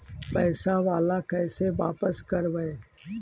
पैसा बाला कैसे बापस करबय?